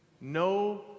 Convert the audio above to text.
No